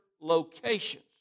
locations